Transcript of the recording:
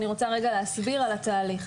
אני רוצה להסביר על התהליך.